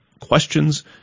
questions